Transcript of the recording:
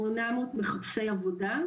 מה הכלי שמתאים עבור כל אחת.